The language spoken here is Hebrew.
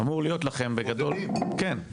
כן.